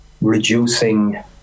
reducing